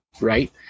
Right